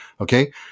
okay